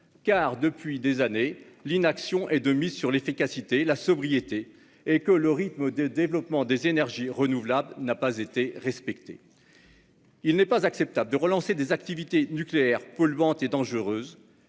Depuis des années, en effet, l'inaction est de mise sur l'efficacité et la sobriété, et le rythme de développement des énergies renouvelables n'a pas été respecté. Il n'est pas acceptable de relancer des activités nucléaires polluantes et dangereuses